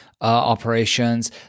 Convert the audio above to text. operations